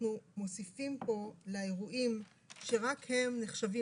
אנחנו מוסיפים פה לאירועים שרק הם נחשבים